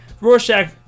Rorschach